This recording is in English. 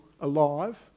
alive